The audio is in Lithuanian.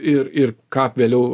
ir ir ką vėliau